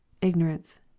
IGNORANCE